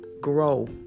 grow